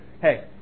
hey